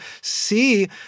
see